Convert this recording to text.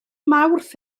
mawrth